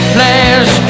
Flash